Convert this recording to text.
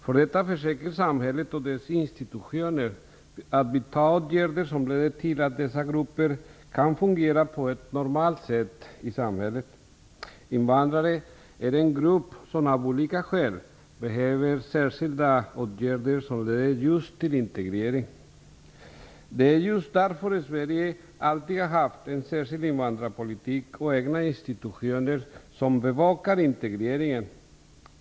För detta försöker samhället och dess institutioner vidta åtgärder som leder till att dessa grupper kan fungera på ett normalt sätt i samhället. Invandrarna är en grupp som av olika skäl behöver särskilda åtgärder som leder till just integrering. Det är därför som Sverige alltid har haft en särskild invandrarpolitik och egna institutioner som bevakar integreringen.